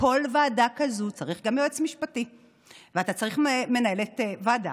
ובכל ועדה כזאת צריכה גם יועץ משפטי ואתה צריך גם מנהלת ועדה.